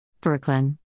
Brooklyn